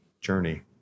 journey